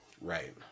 Right